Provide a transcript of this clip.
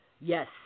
Yes